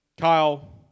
Kyle